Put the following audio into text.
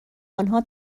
آنها